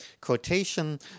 quotation